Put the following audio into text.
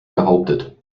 behauptet